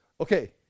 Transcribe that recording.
Okay